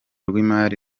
rw’imari